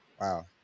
wow